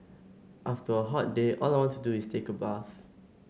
after a hot day all I want to do is take a bath